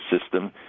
system